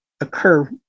occur